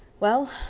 well,